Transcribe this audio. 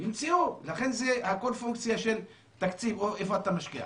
לכן הכול פונקציה של תקציב, איפה אתה משקיע.